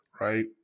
right